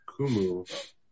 Kumu